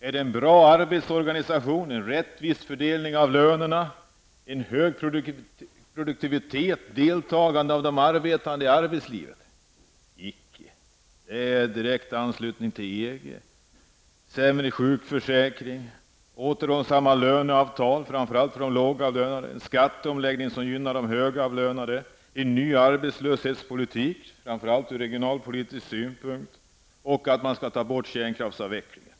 Är det en bra arbetsorganisation, en rättvis fördelning av lönerna, en hög produktivitet och ett högt deltagande av arbetande i arbetslivet? Icke! I direkt anslutning till EG har vi fått en sämre sjukförsäkring, återhållsamma löneavtal framför allt för de lågavlönade, en skatteomläggning som gynnar de högavlönade, en ny arbetslöshetspolitik framför allt ur regionalpolitisk synpunkt och ett stopp för kärnkraftsavvecklingen.